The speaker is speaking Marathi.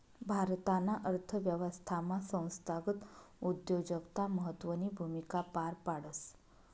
भारताना अर्थव्यवस्थामा संस्थागत उद्योजकता महत्वनी भूमिका पार पाडस